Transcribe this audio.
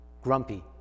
grumpy